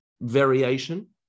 variation